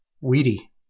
weedy